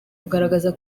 kugaragaza